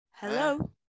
Hello